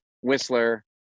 whistler